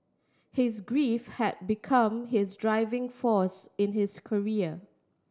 his grief had become his driving force in his career